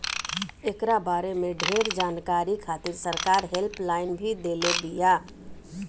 एकरा बारे में ढेर जानकारी खातिर सरकार हेल्पलाइन भी देले बिया